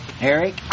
Eric